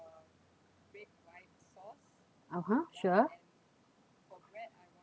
ah ha sure